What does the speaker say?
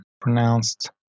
pronounced